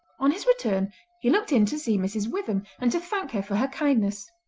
on his return he looked in to see mrs. witham and to thank her for her kindness.